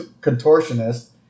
contortionist